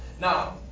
Now